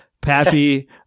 Pappy